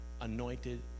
anointed